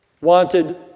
wanted